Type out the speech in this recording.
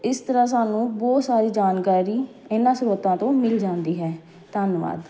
ਇਸ ਤਰ੍ਹਾਂ ਸਾਨੂੰ ਬਹੁਤ ਸਾਰੀ ਜਾਣਕਾਰੀ ਇਹਨਾਂ ਸਰੋਤਾਂ ਤੋਂ ਮਿਲ ਜਾਂਦੀ ਹੈ ਧੰਨਵਾਦ